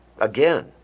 again